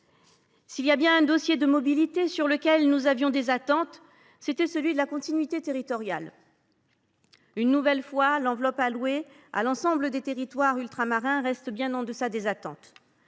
S’il y a un dossier de mobilité à propos duquel nous avions des attentes, c’est bien celui de la continuité territoriale. Las ! une nouvelle fois, l’enveloppe allouée à l’ensemble des territoires ultramarins reste bien en deçà desdites attentes